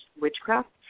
witchcraft